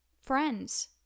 friends